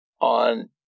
on